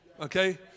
okay